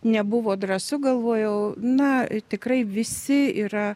nebuvo drąsu galvojau na tikrai visi yra